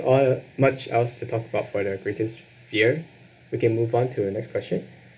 uh much else to talk about for the greatest fear we can move on to the next question